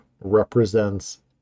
represents